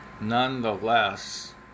nonetheless